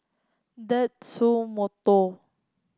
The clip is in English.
Tatsumoto